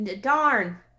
darn